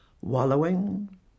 wallowing